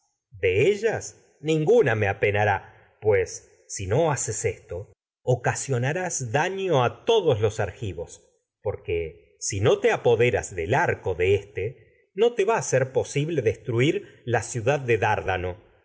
de ninguna me apenará pues si no haces esto ocasioa narás daño todos los argivos porque sino te apoderas del arco de éste y no te va a ser posible destruir la yo ciudad de dárdano